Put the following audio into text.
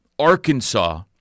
Arkansas